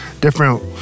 different